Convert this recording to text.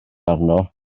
arno